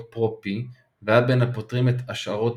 פרו-p והיה בין הפותרים את השערות